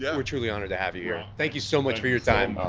yeah we're truly honored to have you here. thank you so much for your time.